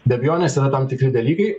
be abejonės yra tam tikri dalykai